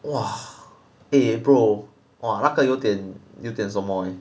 !wah! eh bro 哇那个有点有点什么 eh